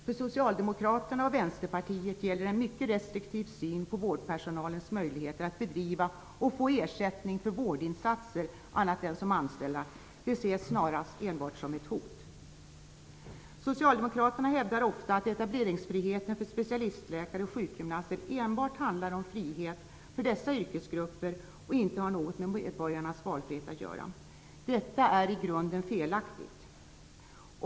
För socialdemokraterna och Vänsterpartiet gäller en mycket restriktiv syn på vårdpersonalens möjligheter att bedriva vård och få ersättning för vårdinsatser annat än som anställda. Det ses snarast som enbart ett hot. Socialdemokraterna hävdar ofta att etableringsfriheten för specialistläkare och sjukgymnaster enbart handlar om en frihet för dessa yrkesgrupper och att det inte har något med medborgarnas valfrihet att göra. Detta är i grunden felaktigt.